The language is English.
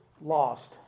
lost